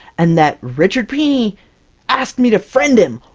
and that richard pini asked me to friend him!